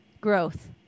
growth